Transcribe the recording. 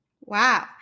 Wow